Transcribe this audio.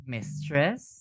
Mistress